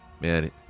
Man